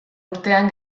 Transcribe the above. urtean